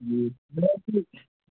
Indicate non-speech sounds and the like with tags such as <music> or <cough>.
<unintelligible>